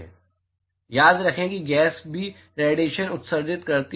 याद रखें कि गैस भी रेडिएशन उत्सर्जित करती है